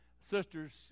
sister's